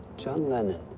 john lennon.